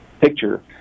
picture